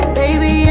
baby